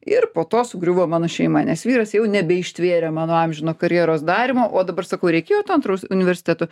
ir po to sugriuvo mano šeima nes vyras jau nebeištvėrė mano amžino karjeros darymo o dabar sakau reikėjo to antro universiteto